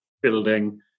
Building